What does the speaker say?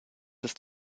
ist